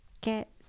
get